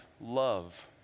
love